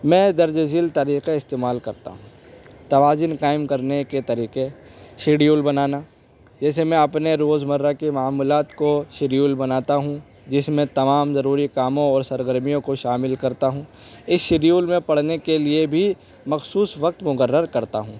میں درج ذیل طریقے استعمال کرتا ہوں توازن قائم کرنے کے طریقے شیڈول بنانا جیسے میں اپنے روز مرہ کے معاملات کو شیڈول بناتا ہوں جس میں تمام ضروری کاموں اور سرگرمیوں کو شامل کرتا ہوں اس شیڈول میں پڑھنے کے لیے بھی مخصوص وقت مقرر کرتا ہوں